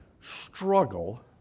struggle